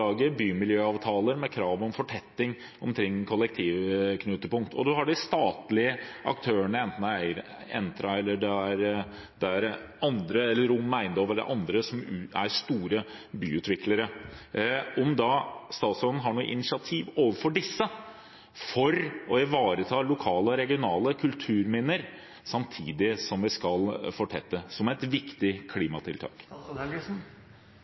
lage bymiljøavtale med krav om fortetting omkring kollektivknutepunkt. Og man har de statlige aktørene, enten det er Entra, ROM Eiendom eller andre, som er store byutviklere. Har statsråden noe initiativ overfor disse for å ivareta lokale og regionale kulturminner, samtidig som vi skal fortette, som et viktig